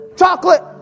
chocolate